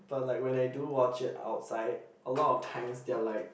but like when I do watch it outside a lot of times they are like